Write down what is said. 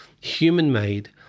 human-made